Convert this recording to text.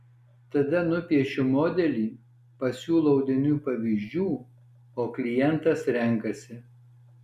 tada nupiešiu modelį pasiūlau audinių pavyzdžių o klientas renkasi